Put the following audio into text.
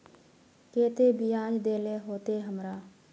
केते बियाज देल होते हमरा?